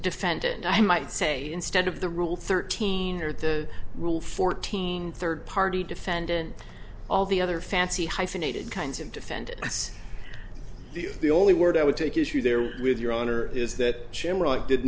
defendant i might say instead of the rule thirteen or the rule fourteen third party defendant all the other fancy hyphenated kinds of defendants the the only word i would take issue there with your honor is that shamrock did